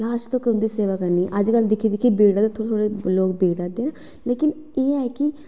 उंदी लॉस्ट तगर सेवा करनी ते अज्जकल दे लोग थोह्ड़े बे दर्द न लेकिन एह् ऐ की